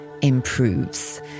improves